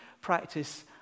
practice